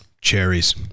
cherries